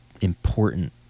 important